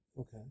Okay